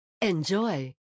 Enjoy